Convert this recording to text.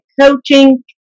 coaching